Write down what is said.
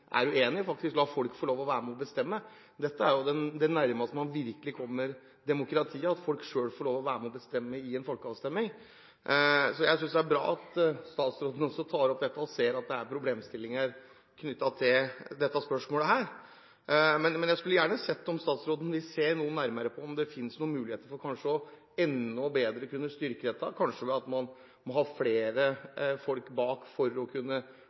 er uenig, snart lar folk få være med å bestemme. Dette er jo det nærmeste man virkelig kommer demokrati, at folk får være med å bestemme gjennom en folkeavstemning. Så jeg synes det er bra at statsråden ser at det er problemstillinger knyttet til dette spørsmålet. Men jeg skulle gjerne ha visst om statsråden vil se nærmere på om det finnes noen muligheter for å kunne styrke dette enda bedre. Kanskje man må ha flere folk bak for å kunne